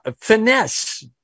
finesse